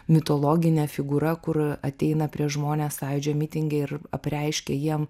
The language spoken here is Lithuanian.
mitologinė figūra kur ateina prieš žmones sąjūdžio mitinge ir apreiškia jiem